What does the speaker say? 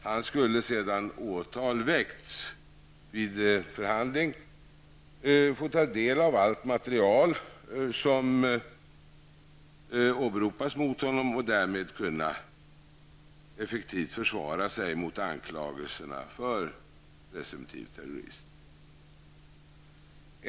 Han skulle, sedan åtal väckts, vid huvudförhandlingen få ta del av allt material som åberopas mot honom och därmed effektivt kunna försvara sig mot anklagelserna för presumtiv terrorism.